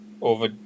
over